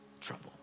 trouble